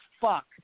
fuck